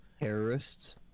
Terrorists